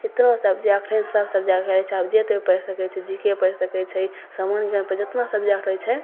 एतना सबजेक्ट हइ सब सबजेक्ट रहै छै जे तोँ पढ़ि सकै छी जी के पढ़ि सकै छही सामान्य ज्ञान पढ़ि जतना सबजेक्ट होइ छै